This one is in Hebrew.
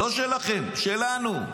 לא שלכם, שלנו.